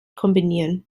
kombinieren